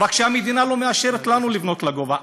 רק שהמדינה לא מאשרת לנו לבנות לגובה.